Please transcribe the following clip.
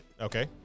Okay